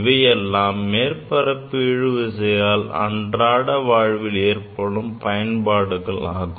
இவை எல்லாம் மேற்பரப்பு இழுவிசையால் அன்றாட வாழ்வில் ஏற்படும் பயன்பாடுகள் ஆகும்